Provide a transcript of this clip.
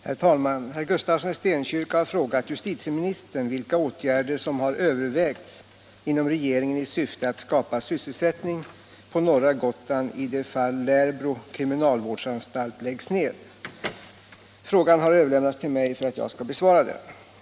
Herr talman! Herr Gustafsson i Stenkyrka har frågat justitieministern vilka åtgärder som har övervägts inom regeringen i syfte att skapa Sysselsättning på norra Gotland i det fall Lärbro kriminalvårdsanstalt läggs ned. Frågan har överlämnats till mig för att jag skall besvara den.